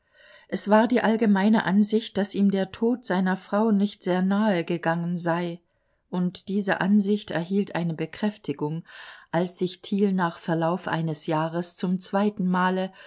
es war die allgemeine ansicht daß ihm der tod seiner frau nicht sehr nahe gegangen sei und diese ansicht erhielt eine bekräftigung als sich thiel nach verlauf eines jahres zum zweiten male